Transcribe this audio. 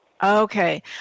Okay